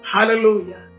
Hallelujah